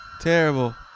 Terrible